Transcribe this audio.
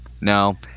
No